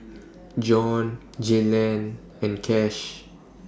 Jon Jaylan and Kash